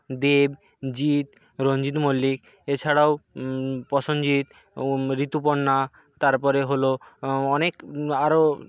দেব জিৎ রঞ্জিত মল্লিক এছাড়াও প্রসেনজিৎ ঋতুপর্ণা তারপরে হল অনেক আরো